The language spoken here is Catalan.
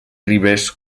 ribes